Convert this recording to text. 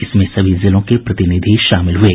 इसमें सभी जिलों के प्रतिनिधि शामिल हुये